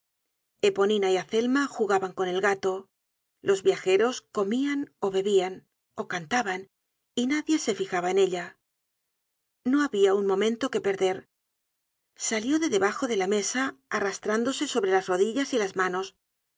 eponina y azelma jugaban con el gato los viajeros comian ó bebian ó cantaban y nadie se fijaba en ella no habia un momento que perder salió de debajo de la mesa arrastrándose sobre las rodillas y las manos